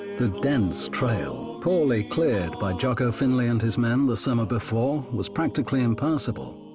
the dense trail, poorly cleared by jaco finley and his men the summer before, was practically impassable.